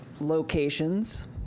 locations